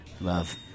Love